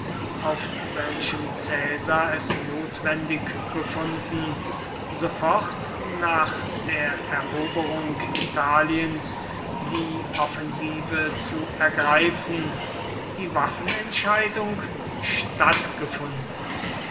auf welchem caesar es notwendig gefunden sofort nach der eroberung italiens die offensive zu ergreifen die waffenentscheidung stattgefunden